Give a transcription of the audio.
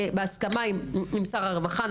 בהסכמה עם שר הרווחה,